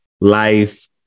life